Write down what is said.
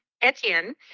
Etienne